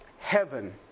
heaven